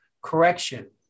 correction